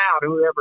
whoever